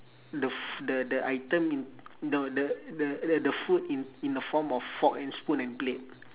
the f~ the the item in no the the the the food in in the form of fork and spoon and plate